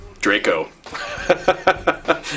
Draco